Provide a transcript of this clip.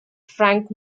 frank